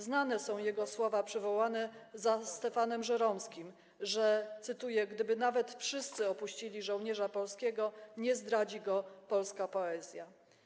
Znane są jego słowa, przywołane za Stefanem Żeromskim, że „gdyby nawet wszyscy opuścili żołnierza polskiego, nie zdradzi go polska poezja”